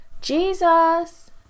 Jesus